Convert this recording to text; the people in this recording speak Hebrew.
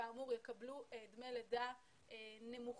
כאמור, יקבלו דמי לידה נמוכים,